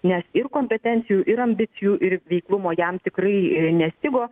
nes ir kompetencijų ir ambicijų ir veiklumo jam tikrai nestigo